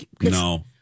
No